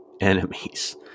Enemies